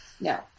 No